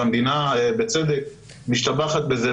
והמדינה בצדק משתבחת בזה.